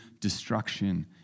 destruction